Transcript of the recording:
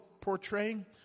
portraying